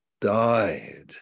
died